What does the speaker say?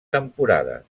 temporades